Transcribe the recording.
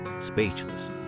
speechless